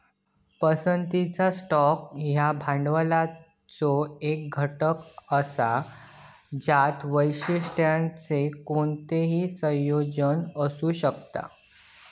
पसंतीचा स्टॉक ह्यो भांडवलाचो एक घटक असा ज्यात वैशिष्ट्यांचो कोणताही संयोजन असू शकता